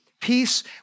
peace